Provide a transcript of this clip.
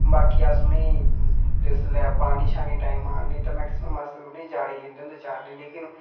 बाकी अस उनेंगी जिसलै पानी शानी टैमां दा नेईं तां मैक्सिमम अस उनेंगी जाड़े गी लेंदे होंदे चारने गी लेकिन